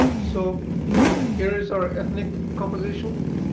so here is our ethnic composition